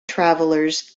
travelers